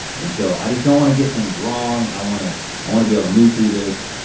and so i just don't wanna get things wrong, i wanna i wanna be able to move through this.